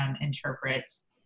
interprets